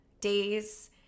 days